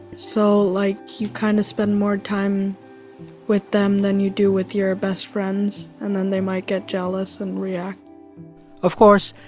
so, like, you kind of spend more time with them than you do with your best friends. and then they might get jealous and react of course,